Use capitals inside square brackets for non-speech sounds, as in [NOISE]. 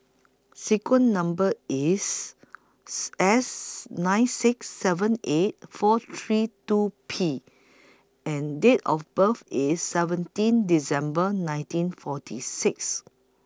sequence Number IS [NOISE] S nine six seven eight four three two P and Date of birth IS seventeen December nineteen forty six